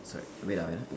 correct wait ah wait ah